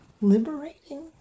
liberating